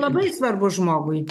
labai svarbu žmogui